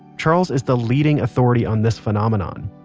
charles is the leading authority on this phenomenon.